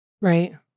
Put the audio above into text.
right